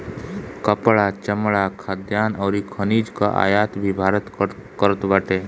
कपड़ा, चमड़ा, खाद्यान अउरी खनिज कअ आयात भी भारत करत बाटे